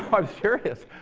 i'm serious.